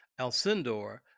Alcindor